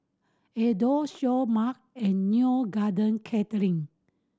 Adore Seoul Mart and Neo Garden Catering